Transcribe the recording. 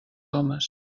homes